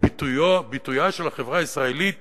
לביטויה של החברה הישראלית